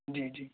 جی جی